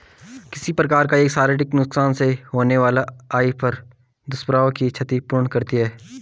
किसी प्रकार का शारीरिक नुकसान से होने वाला आय पर दुष्प्रभाव की क्षति पूर्ति करती है